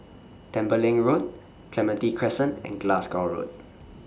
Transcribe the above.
Tembeling Road Clementi Crescent and Glasgow Road